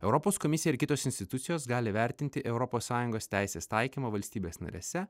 europos komisija ir kitos institucijos gali vertinti europos sąjungos teisės taikymo valstybės narėse